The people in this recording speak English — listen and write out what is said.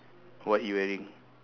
what he wearing